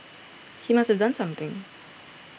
he must have done something